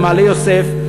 במעלה-יוסף,